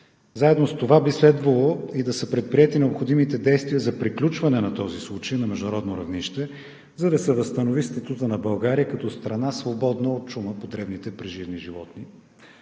Заедно с това би следвало и да са предприети необходимите действия за приключване на този случай на международно равнище, за да се възстанови статутът на България като страна, свободна от чума по дребните преживни животни.